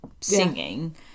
singing